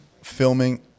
filming